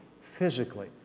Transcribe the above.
physically